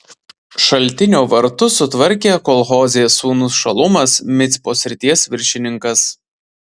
šaltinio vartus sutvarkė kol hozės sūnus šalumas micpos srities viršininkas